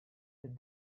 with